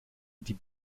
die